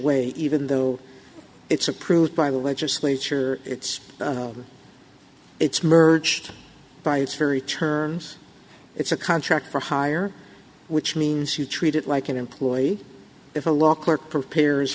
way even though it's approved by the legislature it's it's merged by its very terms it's a contract for hire which means you treat it like an employee if a law clerk prepares